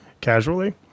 casually